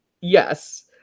yes